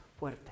fuerte